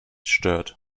stört